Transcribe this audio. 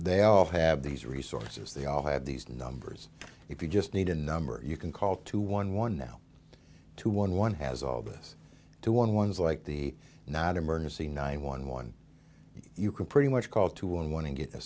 they all have these resources they all have these numbers if you just need a number you can call to one one now two one one has all this to one ones like the not emergency nine one one you can pretty much call two one one and get a